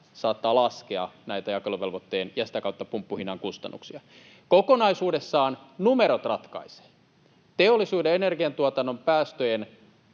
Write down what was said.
saattaa laskea näitä jakeluvelvoitteen ja sitä kautta pumppuhinnan kustannuksia. Kokonaisuudessaan numerot ratkaisevat. Teollisuuden energiantuotannon päästöjen